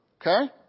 Okay